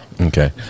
Okay